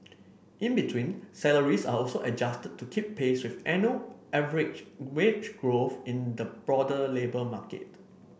in between salaries are also adjusted to keep pace with annual average wage growth in the broader labour market